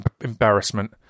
embarrassment